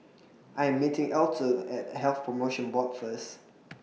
I Am meeting Alto At Health promotion Board First